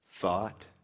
thought